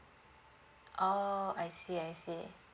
oh I see I see